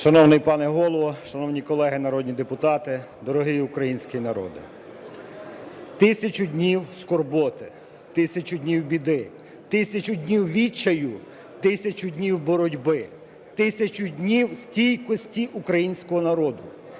Шановний пане Голово, шановні колеги народні депутати, дорогий український народе! 1000 днів скорботи, 1000 днів біди, 1000 дів відчаю, 1000 днів боротьби, 1000 днів стійкості українського народу.